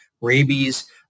rabies